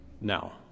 now